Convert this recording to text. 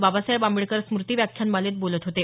बाबासाहेब आंबेडकर स्मृती व्याख्यानमालेत हे बोलत होते